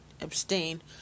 abstain